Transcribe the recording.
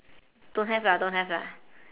don't have lah don't have lah